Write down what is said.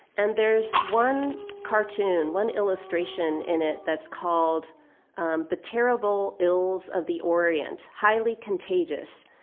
and there's one cartoon one illustration in it that's called um the terrible ills of the orient highly contagious.